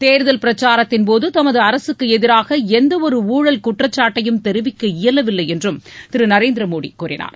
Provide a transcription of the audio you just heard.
தேர்தல் பிரச்சாரத்தின் போது தமது அரசுக்கு எதிராக எந்த ஒரு ஊழல் குற்றச்சாட்டுக்களையும் தெரிவிக்க இயலவில்லை என்றம் திரு நரேந்திர மோடி கூறினார்